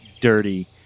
dirty